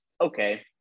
okay